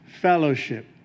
fellowship